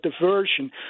diversion